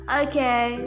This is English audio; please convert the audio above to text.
okay